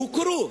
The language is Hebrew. הוכרו,